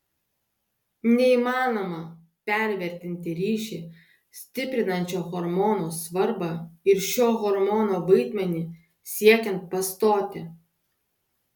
neįmanoma pervertinti ryšį stiprinančio hormono svarbą ir šio hormono vaidmenį siekiant pastoti